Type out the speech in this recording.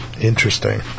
Interesting